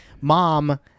mom